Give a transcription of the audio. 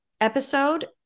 episode